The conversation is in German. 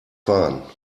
fahren